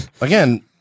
Again